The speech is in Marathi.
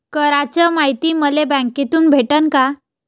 कराच मायती मले बँकेतून भेटन का?